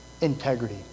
integrity